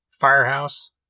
Firehouse